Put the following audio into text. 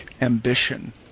ambition